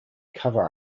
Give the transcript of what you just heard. cover